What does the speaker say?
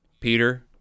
Peter